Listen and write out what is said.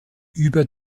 über